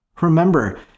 Remember